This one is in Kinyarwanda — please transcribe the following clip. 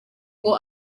ngo